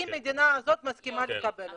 אם המדינה הזאת מסכימה לקבל אותנו.